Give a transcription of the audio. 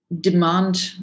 demand